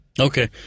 Okay